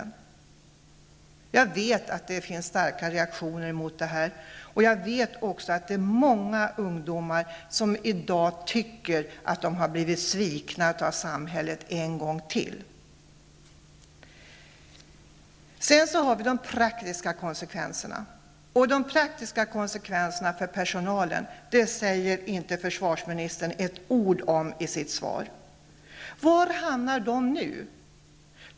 Jag vet att det finns starka reaktioner mot detta. Jag vet också att det finns många ungdomar som i dag anser att de har blivit svikna en gång till av samhället. Försvarsministern säger i sitt svar inte ett ord om de praktiska konsekvenserna för personalen. Var hamnar de nu?